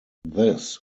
this